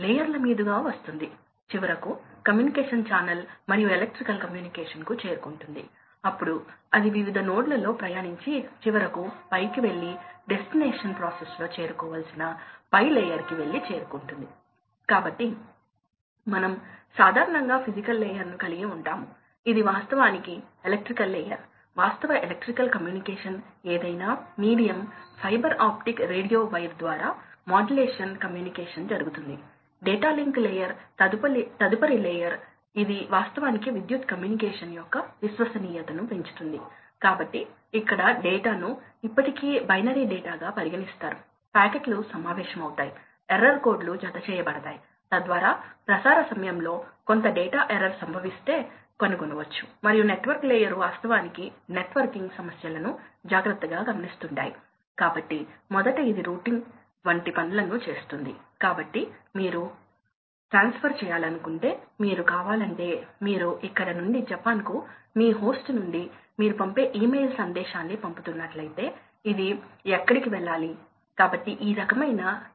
కాబట్టి డాంపర్ మూసివేస్తున్నప్పుడు ఈ కర్వ్ ఈ విధంగా మారుతోంది ఎందుకంటే ఇది k ని పెంచుతోంది ఇప్పుడు ఎనర్జీ కి ఏమి జరుగుతోంది ఫ్యాన్ లోని పంపిణీ చేయబడే ఎనర్జీ విలువ PQ కాబట్టి మరో మాటలో చెప్పాలంటే ఇది ఈ దీర్ఘచతురస్రం యొక్క ఏరియా ఈ ఆపరేటింగ్ పాయింట్ వద్ద ఇది దీర్ఘచతురస్రం యొక్క ఏరియా మీరు ఈ ఆపరేటింగ్ పాయింట్ వద్ద ఉన్నప్పుడు ఆపరేటింగ్ పాయింట్ సంఖ్య రెండు అప్పుడు ఇది వాస్తవానికి నేను వేరే రంగును తీసుకోగలిగాను ఈ రంగును తీసుకుందాం కాబట్టి ఇతర ఆపరేటింగ్ పాయింట్ వద్ద ఇది మరియు మీరు మూడవ ఆపరేటింగ్ పాయింట్ తీసుకున్నప్పుడు ఇది ఏరియా ఎనర్జీ డిమాండ్ కాబట్టి మీరు ఈ ఆపరేటింగ్ పాయింట్ నుండి ఈ ఆపరేటింగ్ పాయింట్కు వెళితే తేడా ఏమిటి అని మీరు బాగా చూడవచ్చు